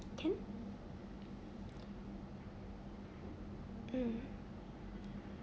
can mm